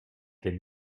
denk